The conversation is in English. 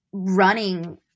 running